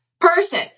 person